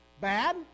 bad